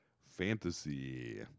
fantasy